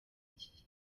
iki